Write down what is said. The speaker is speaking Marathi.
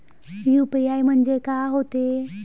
यू.पी.आय म्हणजे का होते?